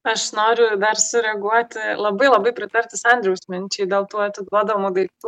aš noriu dar sureaguoti labai labai pritarti sandriaus minčiai dėl tų atiduodamų daiktų